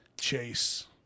chase